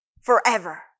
forever